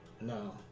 No